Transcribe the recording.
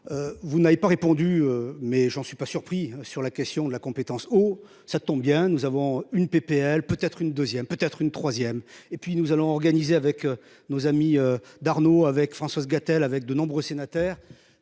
Vous n'avez pas répondu mais j'en suis pas surpris sur la question de la compétence. Oh, ça tombe bien, nous avons une PPL peut être une deuxième peut être une troisième et puis nous allons organiser avec nos amis d'Arnaud avec Françoise Gatel avec de nombreux sénateurs